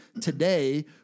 today